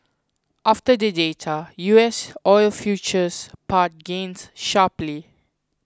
after the data U S heating oil futures pared gains sharply